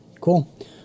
Cool